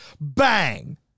Bang